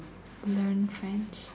learn French